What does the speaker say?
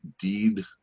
deed